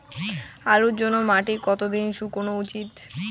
আলুর জন্যে মাটি কতো দিন শুকনো উচিৎ?